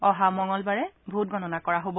অহা মঙলবাৰে ভোটগণনা কৰা হ'ব